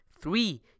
Three